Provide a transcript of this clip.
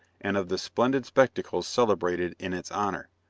and of the splendid spectacles celebrated in its honour.